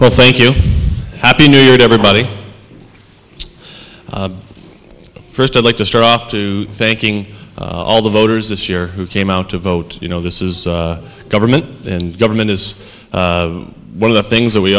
but thank you happy new year to everybody first i'd like to start off to thanking all the voters this year who came out to vote you know this is a government and government is one of the things that we